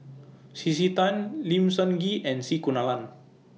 C C Tan Lim Sun Gee and C Kunalan